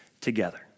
together